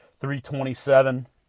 .327